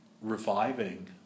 reviving